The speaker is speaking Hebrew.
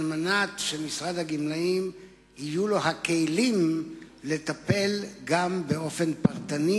כדי שלמשרד הגמלאים יהיו הכלים לטפל גם באופן פרטני,